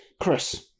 Chris